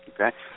Okay